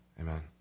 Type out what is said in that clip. Amen